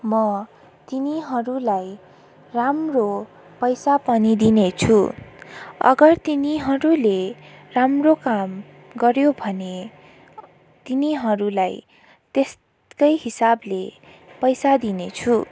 म तिनीहरूलाई राम्रो पैसा पनि दिनेछु अगर तिनीहरूले राम्रो काम गऱ्यो भने तिनीहरूलाई त्यसकै हिसाबले पैसा दिनेछु